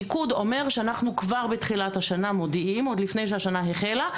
מיקוד אומר שאנחנו כבר בתחילת השנה מודיעים עוד לפני שהשנה החלה,